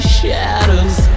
shadows